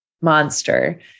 monster